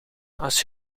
als